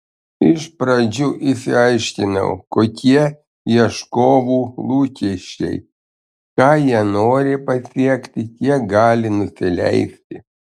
iš pradžių išsiaiškinau kokie ieškovų lūkesčiai ką jie nori pasiekti kiek gali nusileisti